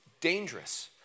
dangerous